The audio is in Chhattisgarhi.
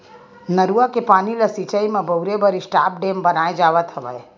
नरूवा के पानी ल सिचई म बउरे बर स्टॉप डेम बनाए जावत हवय